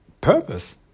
purpose